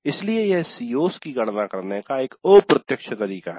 इसलिए यह CO's की गणना करने का एक अप्रत्यक्ष तरीका है